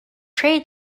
trade